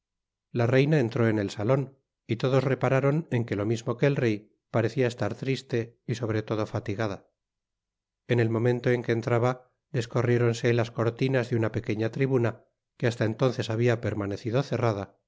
la reina entró en el salon y todos repararon en que lo mismo que el rey pareciaestar triste y sobre todo fatigada en el momento en que entraba descorriéronse las cortinas de una pequeña tribuna que hasta entonces habia permanecido